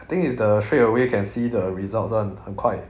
I think is the straight away can see the results [one] 很快